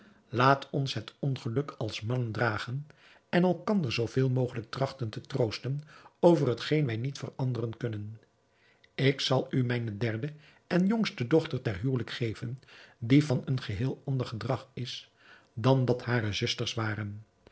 laat ons het ongeluk als mannen dragen en elkander zoo veel mogelijk trachten te troosten over hetgeen wij niet veranderen kunnen ik zal u mijne derde en jongste dochter ten huwelijk geven die van een geheel ander gedrag is dan dat hare zusters waren